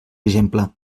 exemple